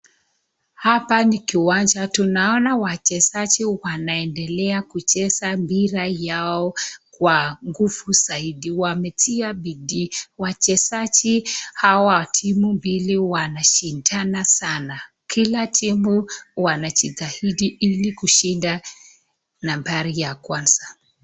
Hapa ni kiwanja tunaona wachezaji , wanaendelea kucheza mpira yao kwa nguvu zaidi. Wametia bidii. Wachezaji hawa wa timu mbili wanashidana sana kila timu wanajitahidi ili kushinda nambari ya kwanza.